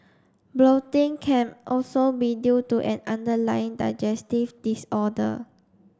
bloating can also be due to an underlying digestive disorder